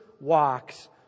walks